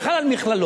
זה חל על מכללות,